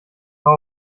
war